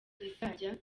rizajya